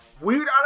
weird